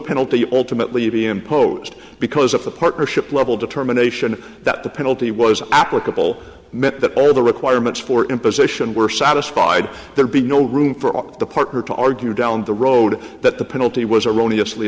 penalty alternately be imposed because of the partnership level determination that the penalty was applicable met that all of the requirements for imposition were satisfied there'd be no room for all the partner to argue down the road that the penalty was erroneous lee